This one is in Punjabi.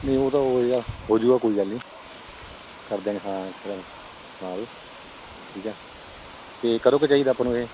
ਨਹੀਂ ਉਹ ਤਾਂ ਉਹੋ ਜਿਹਾ ਹੋ ਜੂਗਾ ਕੋਈ ਗੱਲ ਨਹੀਂ ਕਰ ਦਿਆਂਗੇ ਹਾਂ ਕਰਾਂਗੇ ਠੀਕ ਆ ਅਤੇ ਕਦੋਂ ਕੁ ਚਾਹੀਦਾ ਆਪਾ ਨੂੰ ਇਹ